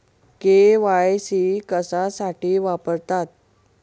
KYC कशासाठी वापरतात?